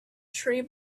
tree